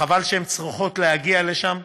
וחבל שהן צריכות להגיע לשם,